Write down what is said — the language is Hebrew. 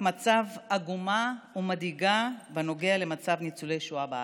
מצב עגומה ומדאיגה בנוגע למצב ניצולי השואה בארץ.